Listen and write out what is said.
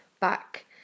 back